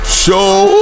show